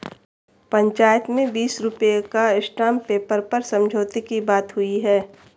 पंचायत में बीस रुपए का स्टांप पेपर पर समझौते की बात हुई है